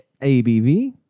ABV